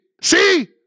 see